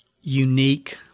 unique